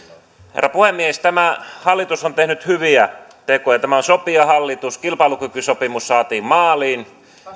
herra puhemies tämä hallitus on tehnyt hyviä tekoja tämä on sopijahallitus kilpailukykysopimus saatiin maaliin